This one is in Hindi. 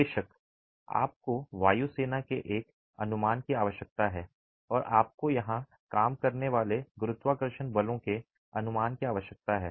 बेशक आपको वायु सेना के एक अनुमान की आवश्यकता है और आपको यहां काम करने वाले गुरुत्वाकर्षण बलों के अनुमान की आवश्यकता है